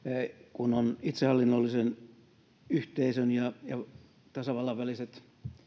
kun on itsehallinnollisen yhteisön ja tasavallan väliset